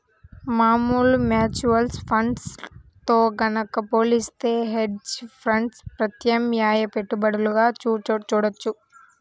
మామూలు mutual funds తో గనక పోలిత్తే హెడ్జ్ ఫండ్స్ ప్రత్యామ్నాయ పెట్టుబడులుగా చూడొచ్చు